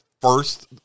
first